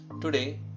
today